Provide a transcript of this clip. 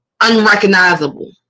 unrecognizable